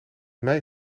mij